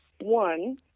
one